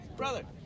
brother